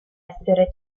essere